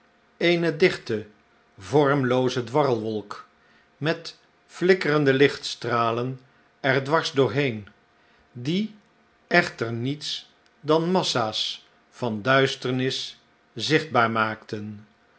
eene dichte vormlooze dwarrelwolk met flikkerende lichtstralen er dwars doorheen die echter niets dan massa's van duisternis zichtbaar maakten